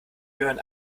gehören